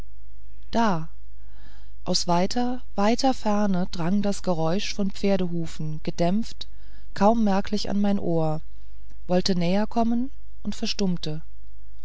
da aus weiter weiter ferne drang das geräusch von pferdehufen gedämpft kaum merklich an mein ohr wollte näherkommen und verstummte